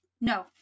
no